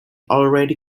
already